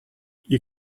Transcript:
you